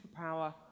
superpower